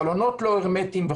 חלונות לא הרמטיים,